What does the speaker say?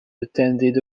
attended